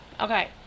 Okay